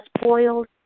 spoiled